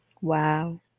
Wow